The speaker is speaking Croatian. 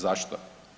Zašto?